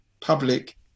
public